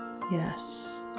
Yes